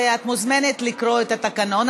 את מוזמנת לקרוא את התקנון,